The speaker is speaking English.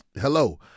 Hello